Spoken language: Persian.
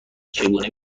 چگونه